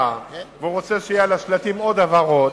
והוא רוצה שיהיו על השלטים עוד הבהרות,